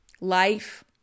life